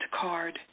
card